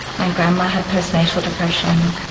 my grandma had postnatal depression,